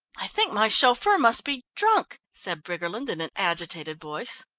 i think my chauffeur must be drunk, said briggerland in an agitated voice.